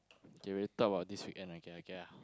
okay we'll talk about this weekend okay okay ah